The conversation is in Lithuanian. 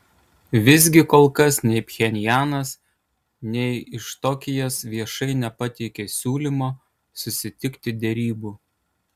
visgi kol kas nei pchenjanas nei iš tokijas viešai nepateikė siūlymo susitikti derybų